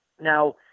Now